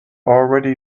already